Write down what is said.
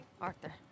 Arthur